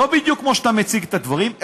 לא בדיוק כמו שאתה מציג את הדברים,